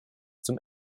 zum